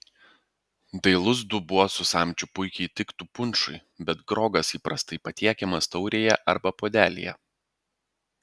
dailus dubuo su samčiu puikiai tiktų punšui bet grogas įprastai patiekiamas taurėje arba puodelyje